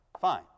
Fine